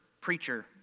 preacher